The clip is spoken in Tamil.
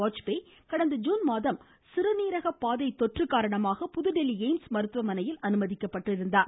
வாஜ்பாய் கடந்த ஜீன் மாதம் சிறுநீரக பாதை தொற்று காரணமாக புதுதில்லி எய்ம்ஸ் மருத்துவமனையில் அனுமதிக்கப்பட்டிருந்தார்